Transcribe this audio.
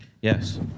Yes